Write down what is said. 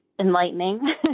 enlightening